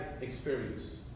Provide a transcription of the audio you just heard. experience